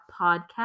podcast